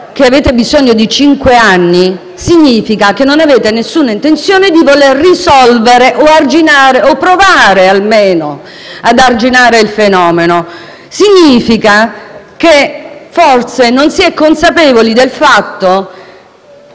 che avete bisogno di cinque anni, significa che non avete alcuna intenzione di voler risolvere, arginare o provare almeno ad arginare il fenomeno. Significa che forse non si è consapevoli del fatto